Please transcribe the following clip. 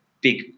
big